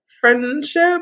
friendship